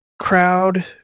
crowd